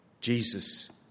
Jesus